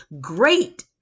Great